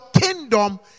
kingdom